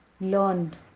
learned